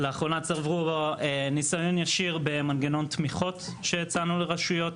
לאחרונה ניסיון ישיר במנגנון תמיכות שהצענו לרשויות.